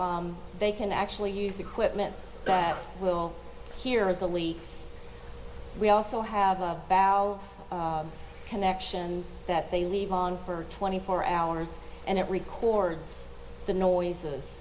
so they can actually use equipment that will hear the leaks we also have a connection that they leave on for twenty four hours and it records the noises